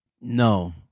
No